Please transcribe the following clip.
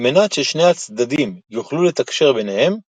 על מנת ששני הצדדים יוכלו לתקשר ביניהם –